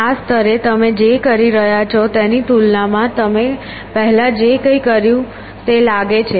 આ સ્તરે તમે જે કરી રહ્યા છો તેની તુલનામાં તમે પહેલાં જે કંઇ કર્યું તે લાગે છે